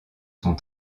sont